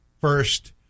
first